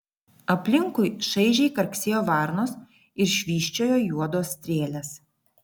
aplinkui šaižiai karksėjo varnos ir švysčiojo juodos strėlės